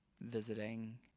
visiting